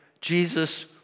Jesus